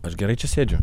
aš gerai čia sėdžiu